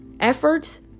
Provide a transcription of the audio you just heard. efforts